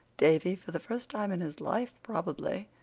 davy, for the first time in his life probably,